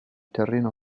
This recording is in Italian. terreno